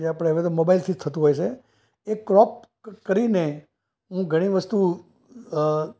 જે આપણે હવે તો મોબાઈલથી જ થતું હોય છે એ ક્રૉપ કરીને હું ઘણી વસ્તુ